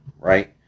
Right